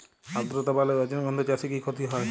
আদ্রর্তা বাড়লে রজনীগন্ধা চাষে কি ক্ষতি হয়?